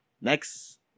Next